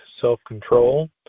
self-control